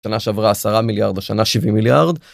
שנה שעברה 10 מיליארד השנה 70 מיליארד.